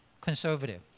conservative